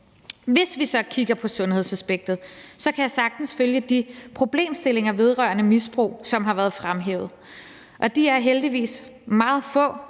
Hvis vi så kigger på sundhedsaspektet, kan jeg sagtens følge de problemstillinger vedrørende misbrug, som har været fremhævet. Det er heldigvis meget få,